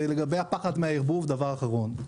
ולגבי הפחד מהערבוב דבר אחרון.